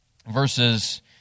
verses